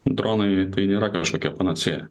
dronai tai nėra kažkokia panacėja